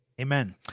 Amen